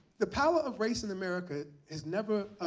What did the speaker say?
the power of race in america has never,